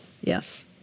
Yes